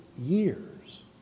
years